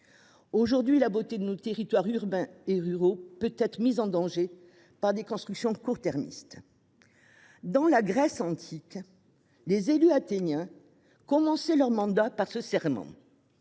Aujourd’hui, la beauté de nos territoires urbains et ruraux peut être mise en danger par des constructions court termistes. Dans la Grèce antique, les élus athéniens commençaient leur mandat par ce serment